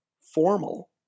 Formal